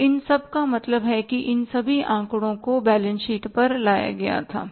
तो इन सब का मतलब है कि उन सभी आंकड़ों को बैलेंस शीट पर लाया गया था